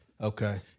Okay